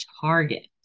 target